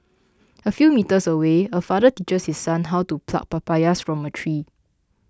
a few metres away a father teaches his son how to pluck papayas from a tree